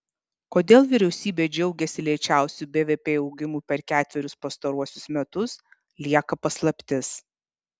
kodėl vyriausybė džiaugiasi lėčiausiu bvp augimu per ketverius pastaruosius metus lieka paslaptis